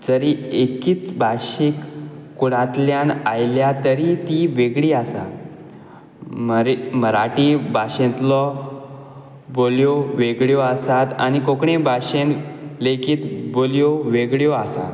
जरी एकीच भाशीक कुळांतल्यान आयल्या तरी ती वेगळी आसा मराठी भाशेंतलो बोल्यो वेगळ्यो आसात आनी आनी कोंकणी भाशेंत लेगीत बोल्यो वेगळ्यो आसा